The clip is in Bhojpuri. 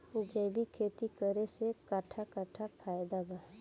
जैविक खेती करे से कट्ठा कट्ठा फायदा बा?